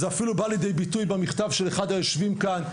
זה אפילו בא לידי ביטוי במכתב של אחד היושבים כאן,